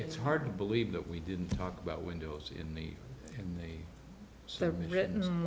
it's hard to believe that we didn't talk about windows in the in the several written